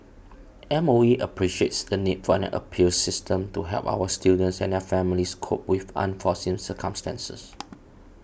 M O E appreciates the need for an appeals system to help our students and their families cope with unforeseen circumstances